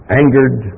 angered